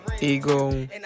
ego